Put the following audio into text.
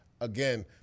again